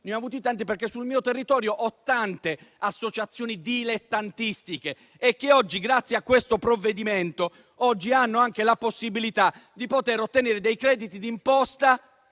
ne ho avuti tanti. Sul mio territorio ho tante associazioni dilettantistiche che oggi, grazie a questo provvedimento, hanno la possibilità di poter ottenere dei crediti di imposta